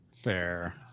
fair